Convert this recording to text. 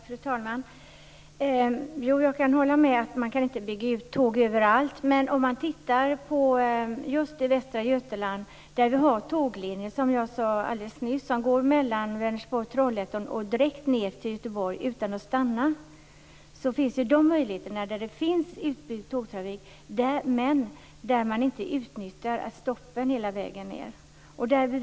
Fru talman! Jag kan hålla med om att man inte kan bygga ut tågtrafiken överallt. Men om man tittar just på Västra Götaland har man där tåglinjer som går mellan Vänersborg-Trollhättan direkt ned till Göteborg utan att stanna. Där finns det alltså utbyggd tågtrafik, men man utnyttjar inte detta genom att stanna vid stationerna på väg ned.